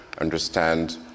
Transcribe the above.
understand